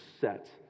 set